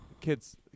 Kids